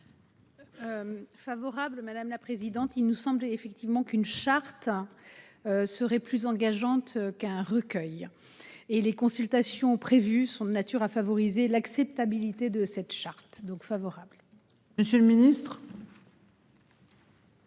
Favorable. Madame la présidente. Il nous semble effectivement qu'une charte. Serait plus engageante qu'un recueil. Et les consultations prévues sont de nature à favoriser l'acceptabilité de cette charte. Donc favorable. Monsieur le Ministre.